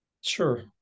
Sure